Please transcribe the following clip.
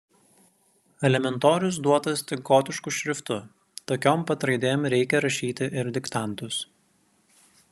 elementorius duotas tik gotišku šriftu tokiom pat raidėm reikia rašyti ir diktantus